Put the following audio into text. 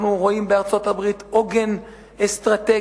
אנחנו רואים בארצות-הברית עוגן אסטרטגי,